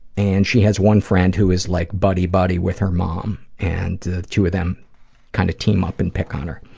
and she has one friend who is, like, buddy-buddy with her mom, and the two of them kinda kind of team up and pick on her.